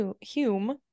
hume